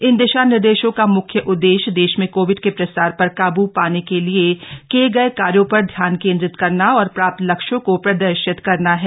इन दिशा निर्देशों का मुख्य उददेश्य देश में कोविड के प्रसार पर काबू पाने के लिए किए गए कार्यो पर ध्यान केन्द्रित करना और प्राप्त लक्ष्यों को प्रदर्शित करना है